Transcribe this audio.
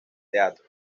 teatro